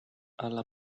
alla